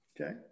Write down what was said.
Okay